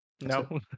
No